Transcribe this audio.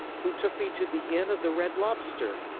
who took me to the inn of the red lobster.